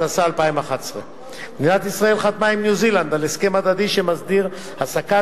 התשע"א 2011. מדינת ישראל חתמה עם ניו-זילנד על הסכם הדדי שמסדיר העסקת